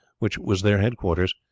which was their head-quarters,